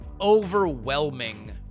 overwhelming